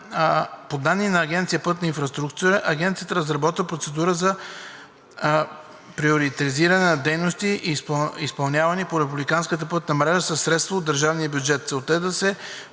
По данни на Агенция „Пътна инфраструктура“ Агенцията разработва процедура за приоритизиране на дейностите, изпълнявани по републиканската пътна мрежа със средства от държавния бюджет.